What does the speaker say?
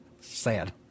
Sad